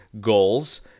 goals